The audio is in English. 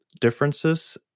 differences